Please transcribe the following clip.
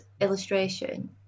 illustration